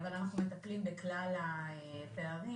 אנחנו מטפלים בכלל הפערים,